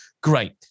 Great